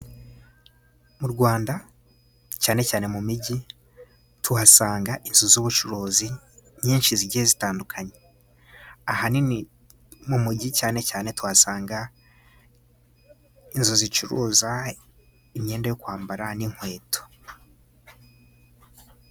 Mu Rwanda cyane cyane mu mijyi tuhasanga inzu z'ubucuruzi nyinshi zigiye zitandukanye. Ahanini mu mujyi cyane cyane tuhasanga inzu zicuruza imyenda yo kwambara n'inkweto.